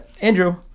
andrew